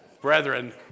brethren